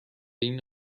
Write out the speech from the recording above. این